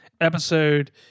episode